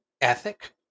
ethic